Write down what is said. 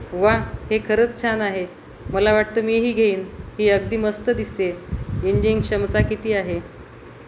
वा हे खरंच छान आहे मला वाटतं मीही घेईन ही अगदी मस्त दिसते इंजिन क्षमता किती आहे